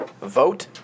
Vote